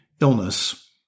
illness